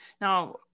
Now